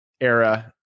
era